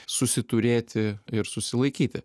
susiturėti ir susilaikyti